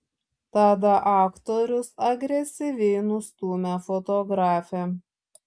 tada aktorius agresyviai nustūmė fotografę